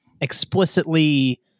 explicitly